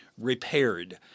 repaired